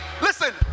listen